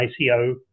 ICO